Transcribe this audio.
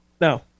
No